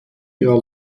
ihrer